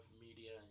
media